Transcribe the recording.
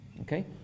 okay